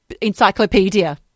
encyclopedia